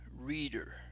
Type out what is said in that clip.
reader